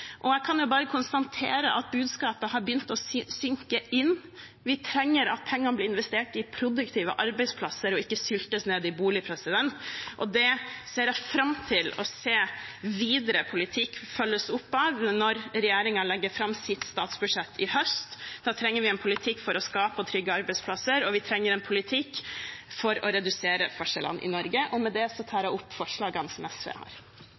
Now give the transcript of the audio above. Jeg kan bare konstatere at budskapet har begynt å synke inn. Vi trenger at pengene blir investert i produktive arbeidsplasser og ikke syltes ned i bolig. Jeg ser fram til å se at politikken følges opp videre når regjeringen legger fram sitt statsbudsjett i høst. Da trenger vi en politikk for å skape og trygge arbeidsplasser, og vi trenger en politikk for å redusere forskjellene i Norge. Med dette tar jeg opp det forslaget som SV har.